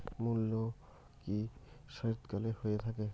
মূলো কি শীতকালে হয়ে থাকে?